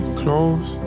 close